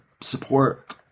support